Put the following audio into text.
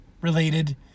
related